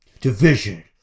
division